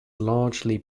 largely